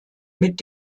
mit